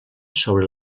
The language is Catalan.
sobre